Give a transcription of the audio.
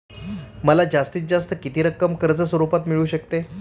मला जास्तीत जास्त किती रक्कम कर्ज स्वरूपात मिळू शकते?